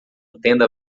tenda